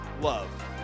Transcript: love